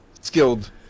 skilled